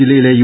ജില്ലയിലെ യു